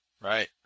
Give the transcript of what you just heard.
Right